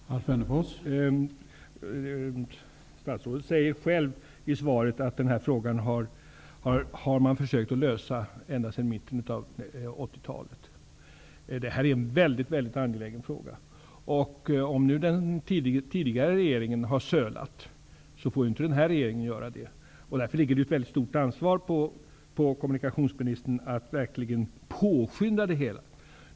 Herr talman! Statsrådet säger själv i svaret att man har försökt att lösa den här frågan ända sedan mitten av 80-talet. Det här är en mycket angelägen fråga. Om nu den tidigare regeringen har sölat, får inte den här regeringen göra det. Därför ligger det ett mycket stort ansvar på kommunikationsministern att verkligen påskynda det hela.